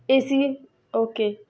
AC okay